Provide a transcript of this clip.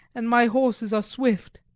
and my horses are swift.